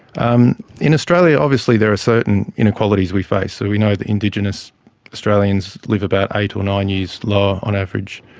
um in australia obviously there are certain inequalities we face, so we know that indigenous australians live about eight or nine years lower on average